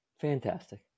fantastic